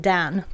Dan